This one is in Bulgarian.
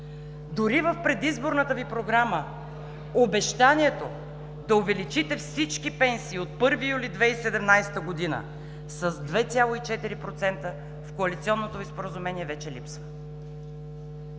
Дори в предизборната ви програма обещанието да увеличите всички пенсии от 1 юли 2017 г. с 2,4%, в коалиционното Ви споразумение вече липсва.